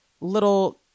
little